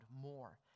more